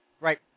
Right